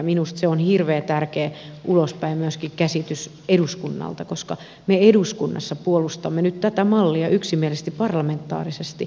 minusta se on hirveän tärkeä käsitys ulospäin myöskin eduskunnalta koska me eduskunnassa puolustamme nyt tätä mallia yksimielisesti parlamentaarisesti